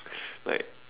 like